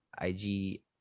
IG